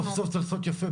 צריך לעשות יפה,